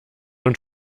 und